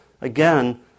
again